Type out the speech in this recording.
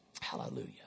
Hallelujah